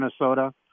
Minnesota